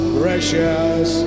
precious